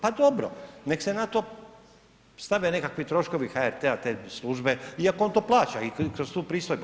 Pa dobro nek se na to stave nekakvi troškovi HRT-a te službe, iako on to plaća i kroz pristojbu.